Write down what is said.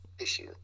issue